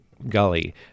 gully